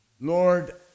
Lord